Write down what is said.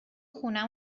خونه